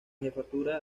jefatura